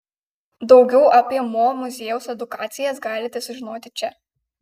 daugiau apie mo muziejaus edukacijas galite sužinoti čia